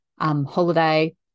holiday